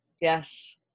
Yes